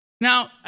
Now